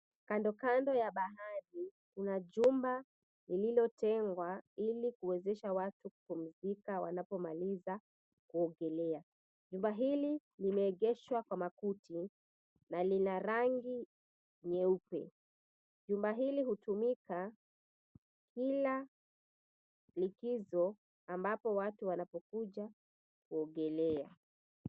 Kandokando ya bahari kuna jumba lililotengwa ili kuwezesha watu kupumzika wanapomaliza kuogelea. Jumba hili limeegeshwa kwa makuti na lina rangi nyeupe. Jumba hili hutumika kila likizo ambapo watu wanapokuja kuogelea.